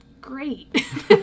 great